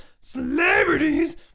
celebrities